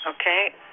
Okay